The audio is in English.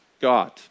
God